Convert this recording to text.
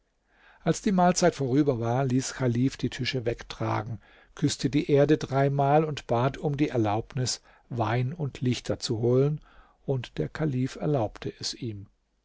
als die mahlzeit vorüber war ließ chalif die tische wegtragen küßte die erde dreimal und bat um die erlaubnis wein und lichter zu holen und der kalif erlaubte es ihm